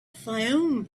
fayoum